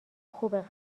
خوبه